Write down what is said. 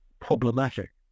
problematic